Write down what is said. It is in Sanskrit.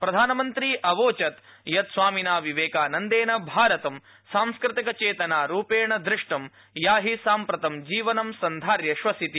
प्रधानमन्त्री अवोचत् यत् स्वामिना विवेकानन्देन भारतं सांस्कृतिक चेतना रुपेण दृष्टम् या हि साम्प्रतं जीवनं सन्धार्य श्वसिति